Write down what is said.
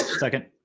second.